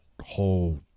whole